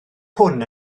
hwn